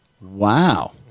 Wow